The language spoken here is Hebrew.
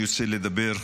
אני רוצה לדבר,